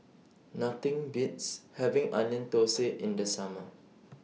Nothing Beats having Onion Thosai in The Summer